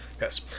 Yes